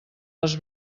les